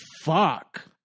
fuck